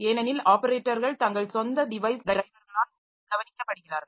ஏனெனில் ஆப்பரேட்டர்கள் தங்கள் சொந்த டிவைஸ் டிரைவர்களால் கவனிக்கப்படுகிறார்கள்